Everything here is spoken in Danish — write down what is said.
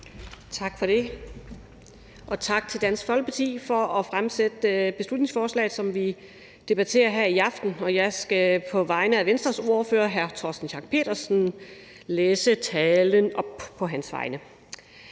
Tak for det, og tak til Dansk Folkeparti for at fremsætte beslutningsforslaget, som vi debatterer her i aften. Jeg skal på vegne af Venstres ordfører hr. Torsten Schack Pedersen læse talen op. Dansk